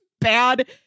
bad